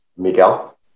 Miguel